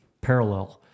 Parallel